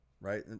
right